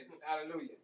hallelujah